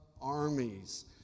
armies